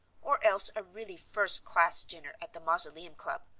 or else a really first-class dinner at the mausoleum club,